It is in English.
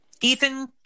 Ethan